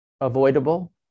avoidable